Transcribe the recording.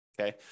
Okay